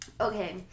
Okay